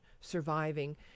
surviving